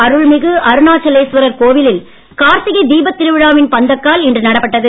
அருள்மிகு திருவண்ணாமலை திருக்கோவிலில் கார்த்திகை தீபத் திருவிழாவின் பந்தக்கால் இன்று நடப்பட்டது